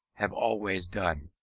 have always done.